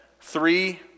three